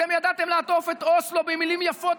אתם ידעתם לעטוף את אוסלו במילים יפות